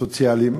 סוציאליים,